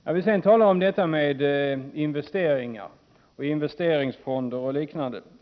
Jag vill sedan tala om investeringar, investeringsfonder och liknande.